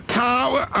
tower